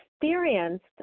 experienced